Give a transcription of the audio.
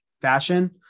fashion